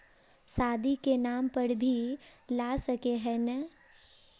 शादी के नाम पर भी ला सके है नय?